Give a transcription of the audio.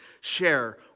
share